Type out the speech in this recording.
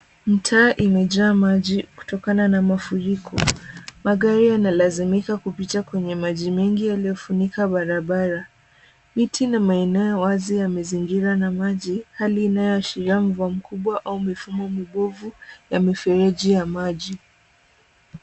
Mtaa imejaa maji kutokana na mafuriko. Magari yanalazimika kupita kwenye maji mingi yaliyofunika barabara. Miti na maeneo wazi yamezingirwa na maji. Hali inayoashiria mvua mkubwa au mifumo mibovu ya mifereji ya maji.